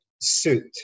suit